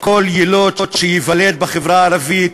כל יילוד שייוולד בחברה הערבית,